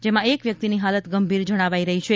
જેમાં એક વ્યક્તિની હાલત અતિગંભીર જણાવાઈ રહી છે